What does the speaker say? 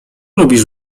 lubisz